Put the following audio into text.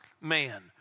man